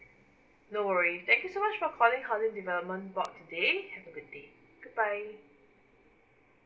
no worry thank you so much for calling housing development board today have a good day goodbye